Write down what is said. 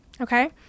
okay